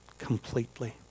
completely